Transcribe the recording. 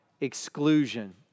exclusion